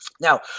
Now